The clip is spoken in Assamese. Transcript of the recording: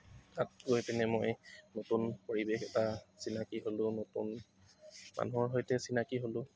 তাত গৈ পিনে মই নতুন পৰিৱেশ এটা চিনাকি হ'লোঁ নতুন মানুহৰ সৈতে চিনাকি হ'লোঁ